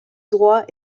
droit